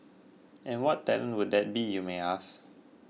and what talent would that be you may ask